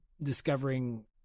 discovering